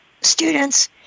students